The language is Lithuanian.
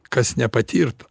kas nepatirta